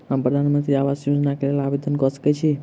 हम प्रधानमंत्री आवास योजना केँ लेल आवेदन कऽ सकैत छी?